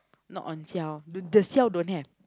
not on siao the the siao don't have